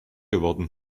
geworden